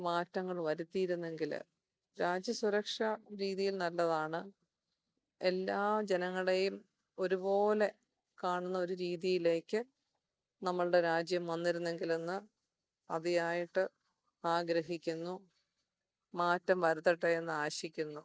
മാറ്റങ്ങൾ വരുത്തിയിരുന്നെങ്കിൽ രാജ്യസുരക്ഷ രീതിയിൽ നല്ലതാണ് എല്ലാ ജനങ്ങളെയും ഒരുപോലെ കാണുന്ന ഒരു രീതിയിലേക്ക് നമ്മളുടെ രാജ്യം വന്നിരുന്നെങ്കിൽ എന്ന് അതിയായിട്ട് ആഗ്രഹിക്കുന്നു മാറ്റം വരുത്തട്ടെ എന്ന് ആശിക്കുന്നു